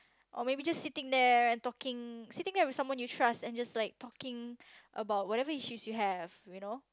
or maybe just sitting there and talking sitting there with someone you trust and just like talking about whatever issues you have you know